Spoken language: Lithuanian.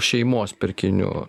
šeimos pirkinių